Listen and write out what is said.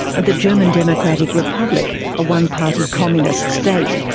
and the german democratic republic, a one-party communist state.